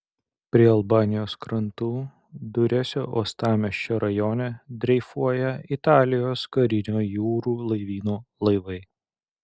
prie albanijos krantų duresio uostamiesčio rajone dreifuoja italijos karinio jūrų laivyno laivai